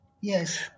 Yes